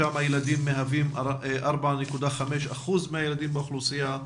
שם הילדים מהווים 4.5% מהילדים באוכלוסייה הכללית,